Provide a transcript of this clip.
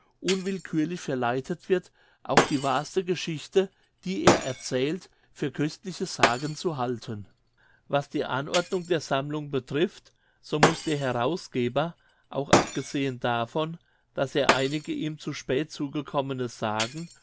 unwillkürlich verleitet wird auch die wahrste geschichte die er erzählt für köstliche sagen zu halten was die anordnung der sammlung betrifft so muß der herausgeber auch abgesehen davon daß er einige ihm zu spät zugekommene sagen